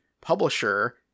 publisher